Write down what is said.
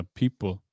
people